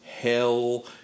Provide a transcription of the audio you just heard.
hell